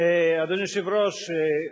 אדוני היושב-ראש,